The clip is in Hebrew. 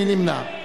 מי נמנע?